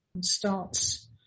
starts